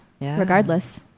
regardless